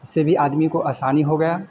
इससे भी आदमी को आसानी हो गया